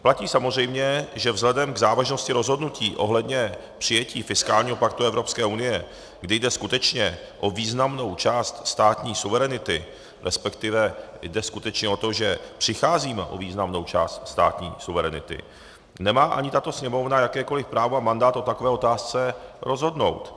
Platí samozřejmě, že vzhledem k závažnosti rozhodnutí ohledně přijetí fiskálního paktu Evropské unie, kdy jde skutečně o významnou část státní suverenity, resp. jde skutečně o to, že přicházíme o významnou část státní suverenity, nemá ani tato Sněmovna jakékoli právo a mandát o takové otázce rozhodnout.